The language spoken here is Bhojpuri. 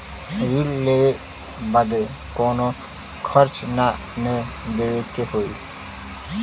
ऋण लेवे बदे कउनो खर्चा ना न देवे के होई?